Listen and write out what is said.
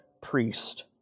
priest